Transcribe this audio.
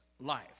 life